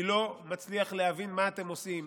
אני לא מצליח להבין מה אתם עושים.